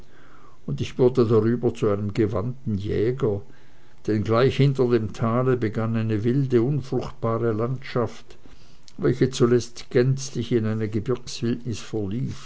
und ich wurde darüber zu einem gewandten jäger denn gleich hinter dem tale begann eine wilde unfruchtbare landschaft welche zuletzt gänzlich in eine